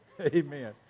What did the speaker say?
amen